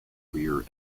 career